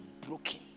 broken